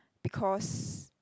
because